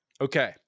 Okay